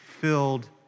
filled